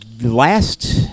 last